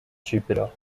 jupiter